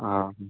हां हां